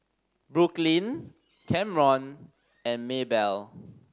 Brooklynn Camron and Maybell